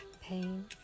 Pain